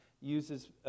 uses